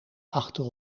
achter